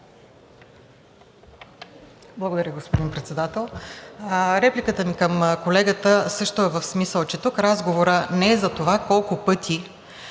Благодаря, господин Председател. Репликата ми към колегата е в смисъл, че тук разговорът не е за това колко пъти